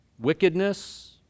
wickedness